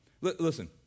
Listen